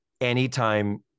anytime